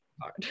hard